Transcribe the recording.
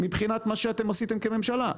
מבחינת מה שאתם עשיתם כממשלה.